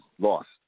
lost